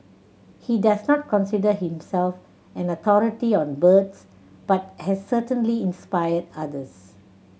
he does not consider himself an authority on birds but has certainly inspired others